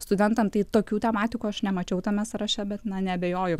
studentam tai tokių tematikų aš nemačiau tame sąraše bet na neabejoju